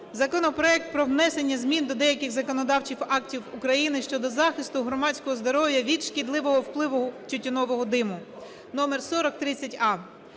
законопроект про внесення змін до деяких законодавчих актів України (щодо захисту громадського здоров'я від шкідливого впливу тютюнового диму) (№4030а).